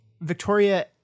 Victoria